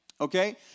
okay